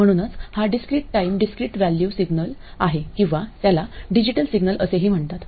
म्हणूनच हा discrete time discrete value signal आहे किंवा त्याला डिजिटल सिग्नल असेही म्हणतात